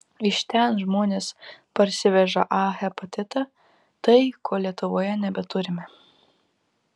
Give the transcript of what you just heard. iš ten žmonės parsiveža a hepatitą tai ko lietuvoje nebeturime